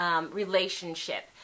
relationship